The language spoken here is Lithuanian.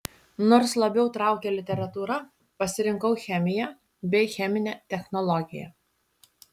nors labiau traukė literatūra pasirinkau chemiją bei cheminę technologiją